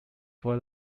for